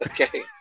Okay